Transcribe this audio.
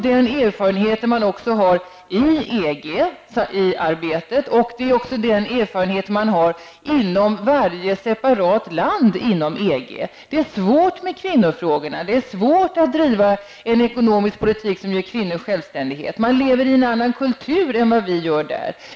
Den erfarenheten har man av EG-arbetet och i varje separat land inom EG. Det är svårt med kvinnofrågorna, och det är svårt att driva en ekonomisk politik som ger kvinnor självständighet. Man lever där i en annan kultur än vad vi gör.